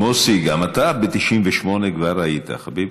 מוסי, גם אתה ב-1998 כבר היית, חביבי.